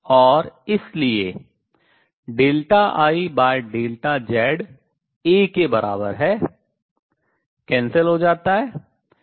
और इसलिए IZ a के बराबर है